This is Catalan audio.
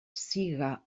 siga